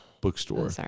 bookstore